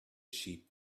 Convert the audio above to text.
sheep